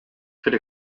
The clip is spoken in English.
could